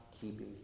keeping